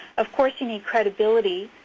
of course you need credibility